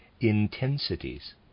intensities